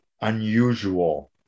unusual